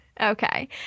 Okay